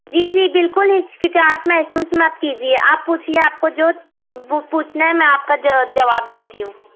جی جی بالکل ہچکچاہٹ محسوس مت کیجیے آپ پوچھیے آپ کو جو پوچھنا ہے میں آپ کا جواب دیتی ہوں